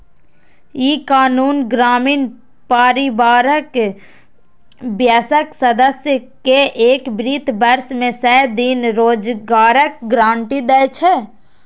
ई कानून ग्रामीण परिवारक वयस्क सदस्य कें एक वित्त वर्ष मे सय दिन रोजगारक गारंटी दै छै